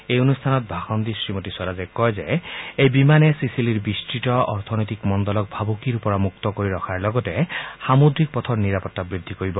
এই অনুষ্ঠানত ভাষণ দি শ্ৰীমতী স্বৰাজে কয় যে এই বিমানে ছীচিলৰ বিস্তত অৰ্থনৈতিক মণ্ডলক ভাবুকিৰ পৰা মুক্ত কৰি ৰখাৰ লগতে সামুদ্ৰিক পথৰ নিৰাপত্তা বৃদ্ধি কৰিব পাৰিব